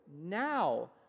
now